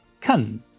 kann